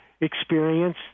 experience